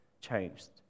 changed